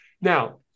Now